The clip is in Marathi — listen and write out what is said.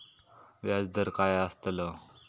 व्याज दर काय आस्तलो?